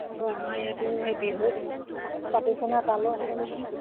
আকৌ আমাৰ ইয়াতো সেই বিহু তালেও আহেব লাগিব ন